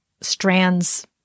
Strand's